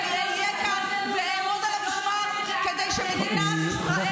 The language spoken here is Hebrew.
אני אהיה כאן ואעמוד על המשמר כדי שמדינת ישראל